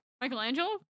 Michelangelo